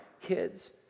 kids